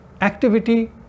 Activity